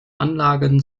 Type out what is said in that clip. anlagen